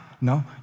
No